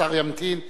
השר ימתין.